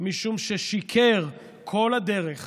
משום ששיקר כל הדרך